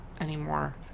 anymore